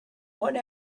one